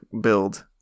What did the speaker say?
build